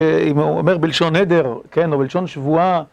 אם הוא אומר בלשון נדר, כן, או בלשון שבועה.